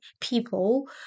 people